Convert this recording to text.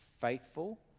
faithful